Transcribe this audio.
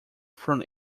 from